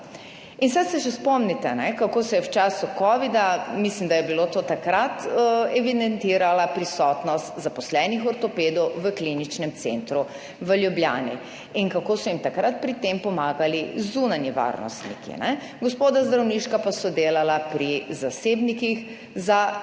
In saj se še spomnite, kako se je v času covida, mislim, da je bilo to takrat, evidentirala prisotnost zaposlenih ortopedov v kliničnem centru v Ljubljani in kako so jim takrat pri tem pomagali zunanji varnostniki, ne, gospoda zdravniška pa so delala pri zasebnikih za bolj